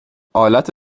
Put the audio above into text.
آلت